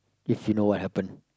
if you know what happen